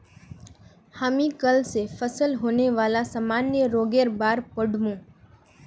हामी कल स फलत होने वाला सामान्य रोगेर बार पढ़ मु